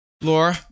Laura